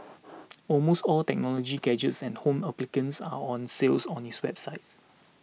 almost all technology gadgets and home appliances are on sale on its website